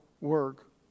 work